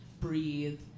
breathe